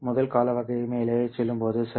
முதல் கால வகை மேலே செல்லும்போது சரி